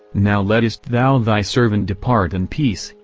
now lettest thou thy servant depart in peace,